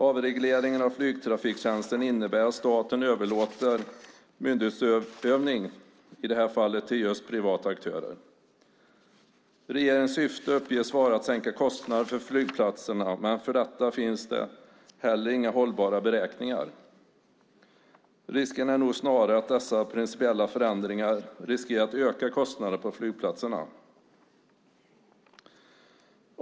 Avregleringen av flygtrafiktjänsten innebär att staten överlåter myndighetsutövning till privata aktörer! Regeringens syfte uppges vara att sänka kostnaderna för flygplatserna men för detta finns det heller inga hållbara beräkningar. Risken är nog snarare att dessa principiella förändringar riskerar att öka kostnaderna på flygplatserna.